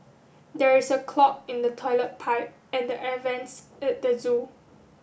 there is a clog in the toilet pipe and the air vents at the zoo